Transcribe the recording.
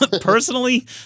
personally